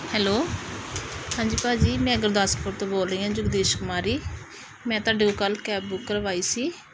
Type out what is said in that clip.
hello ਹਾਂਜੀ ਭਾਅ ਜੀ ਮੈਂ ਗੁਰਦਾਸਪੁਰ ਤੋਂ ਬੋਲ ਰਹੀ ਹਾਂ ਜਗਦੀਸ਼ ਕੁਮਾਰੀ ਮੈਂ ਤੁਹਾਡੇ ਕੋਲ ਕੱਲ੍ਹ ਕੈਬ ਬੁੱਕ ਕਰਵਾਈ ਸੀ